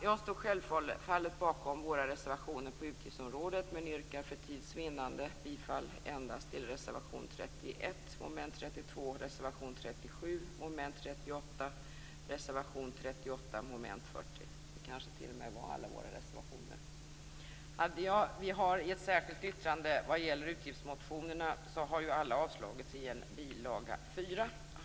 Jag står självfallet bakom våra reservationer på utgiftsområdet, men yrkar för tids vinnande bifall endast till reservation 31 under mom. 32, reservation 37 under mom. 38, reservation 38 under mom. 40. Det kanske t.o.m. var alla våra reservationer. Vi har ett särskilt yttrande vad gäller utgiftsmotionerna. De har ju alla avstyrkts i en bilaga 4.